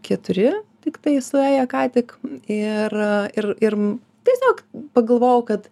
keturi tiktai suėję ką tik ir ir ir tiesiog pagalvojau kad